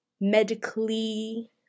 medically